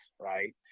Right